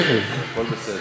הכול בסדר.